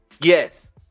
Yes